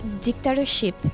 dictatorship